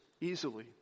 easily